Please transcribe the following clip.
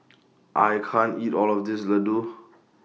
I can't eat All of This Laddu